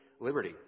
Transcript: liberty